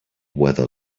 weather